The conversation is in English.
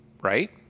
right